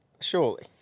Surely